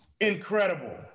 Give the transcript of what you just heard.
Incredible